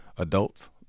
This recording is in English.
adults